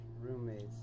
Roommates